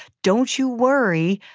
don't you worry,